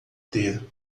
ter